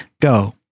go